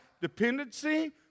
Dependency